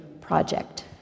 project